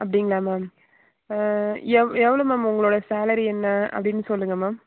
அப்படிங்களா மேம் எவ் எவ்வளோ மேம் உங்களோட சேலரி என்ன அப்படின் சொல்லுங்ககள் மேம்